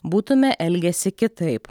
būtumėme elgęsi kitaip